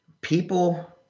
People